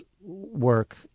work